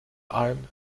alm